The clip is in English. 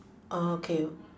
oh okay